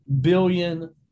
billion